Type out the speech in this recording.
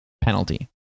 penalty